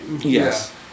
Yes